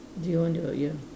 do you want to your